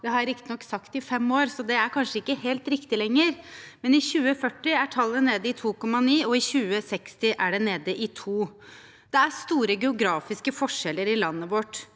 Det har jeg riktignok sagt i fem år, så det er kanskje ikke helt riktig lenger, men i 2040 er tallet nede i 2,9, og i 2060 er det nede i 2. Det er store geografiske forskjeller i landet vårt.